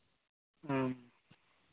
ᱦᱮᱸ